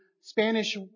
Spanish